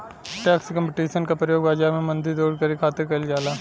tax competition क प्रयोग बाजार में मंदी दूर करे खातिर कइल जाला